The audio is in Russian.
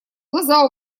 глаза